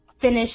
finish